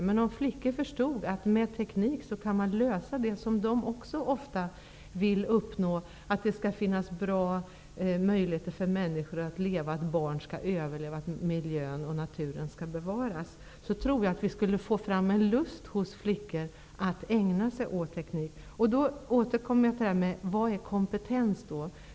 Men om flickor förstod att man med teknik kan lösa det som även de vill uppnå, nämligen bra möjligheter för människor att leva, barns överlevnad och bevarandet av miljö och natur, skulle en lust hos flickor väckas att ägna sig åt teknik. Jag återkommer till frågan: Vad är kompetens?